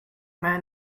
man